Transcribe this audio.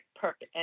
perfect